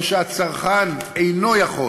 או שהצרכן אינו יכול